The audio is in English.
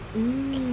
mm